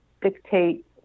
dictate